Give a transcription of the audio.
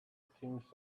things